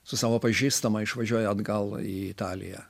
su savo pažįstamą išvažiuoja atgal į italiją